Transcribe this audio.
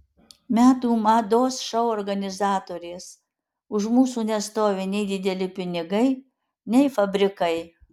metų mados šou organizatorės už mūsų nestovi nei dideli pinigai nei fabrikai